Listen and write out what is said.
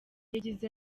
yagize